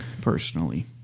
Personally